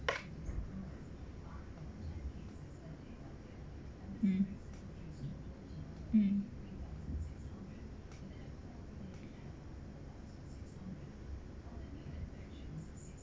mm mm